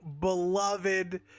beloved